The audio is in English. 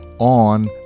on